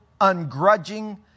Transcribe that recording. ungrudging